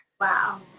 Wow